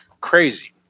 crazy